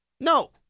No